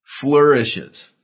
flourishes